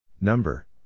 Number